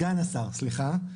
סגן השר, סליחה.